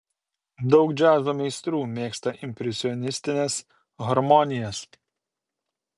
daug džiazo meistrų mėgsta impresionistines harmonijas